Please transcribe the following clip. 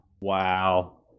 Wow